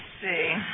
see